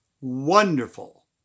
wonderful